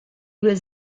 was